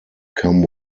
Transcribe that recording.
come